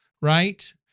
right